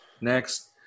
next